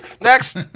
Next